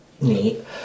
neat